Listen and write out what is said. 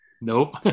Nope